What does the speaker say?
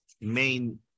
main